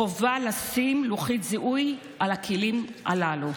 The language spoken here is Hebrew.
חובה, לשים לוחית זיהוי על הכלים הללו.